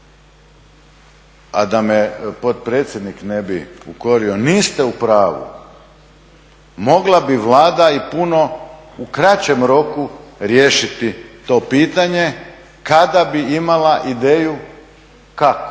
a da me potpredsjednik ne bi ukorio, niste u pravu. Mogla bi Vlada i puno u kraćem roku riješiti to pitanje kada bi imala ideju kako